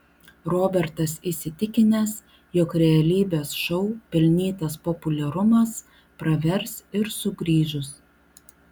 robertas įsitikinęs jog realybės šou pelnytas populiarumas pravers ir sugrįžus